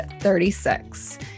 36